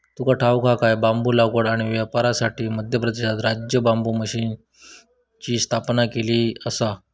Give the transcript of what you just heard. तुका ठाऊक हा काय?, बांबू लागवड आणि व्यापारासाठी मध्य प्रदेशात राज्य बांबू मिशनची स्थापना केलेली आसा